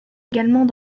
également